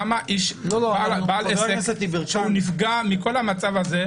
למה בעל העסק נפגע מכל זה?